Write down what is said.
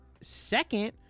second